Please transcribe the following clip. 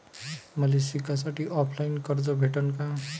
मले शिकासाठी ऑफलाईन कर्ज भेटन का?